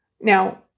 Now